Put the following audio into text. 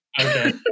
Okay